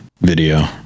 video